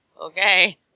okay